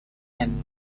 and